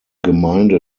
gemeinde